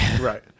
Right